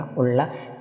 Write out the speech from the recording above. ulla